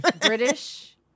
British